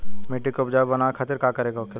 मिट्टी की उपजाऊ बनाने के खातिर का करके होखेला?